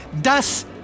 Das